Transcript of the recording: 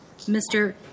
Mr